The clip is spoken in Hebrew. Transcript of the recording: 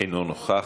אינו נוכח.